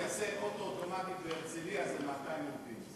אוטו אוטומטי בהרצליה זה 200 עובדים.